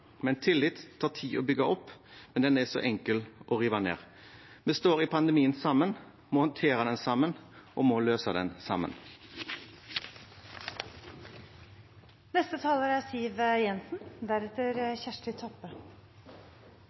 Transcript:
Tillit tar tid å bygge opp, men den er så enkel å rive ned. Vi står i pandemien sammen, vi må håndtere den sammen, og vi må løse den